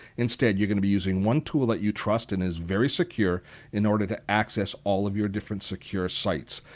instead you're going to be using one tool that you trust and is very secure in order to access all of your different secure sites.